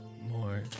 more